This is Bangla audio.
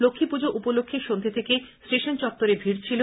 লক্ষ্মীপুজো উপলক্ষে সন্ধে থেকে স্টেশন চত্ত্বরে ভিড় ছিল